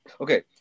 okay